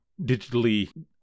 digitally